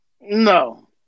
No